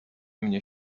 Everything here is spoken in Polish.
mnie